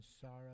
sorrow